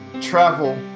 travel